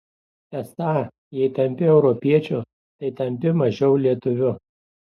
esą jei tampi europiečiu tai tampi mažiau lietuviu